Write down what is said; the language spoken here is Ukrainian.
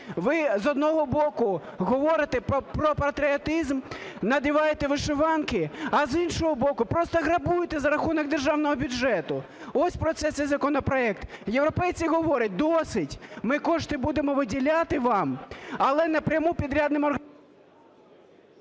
Ви з одного боку говорите про патріотизм, надіваєте вишиванки, а з іншого боку просто грабуєте за рахунок державного бюджету. Ось про це цей законопроект. Європейці говорять: "Досить, ми кошти будемо виділяти вам, але напряму підрядним організаціям…"